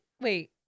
Wait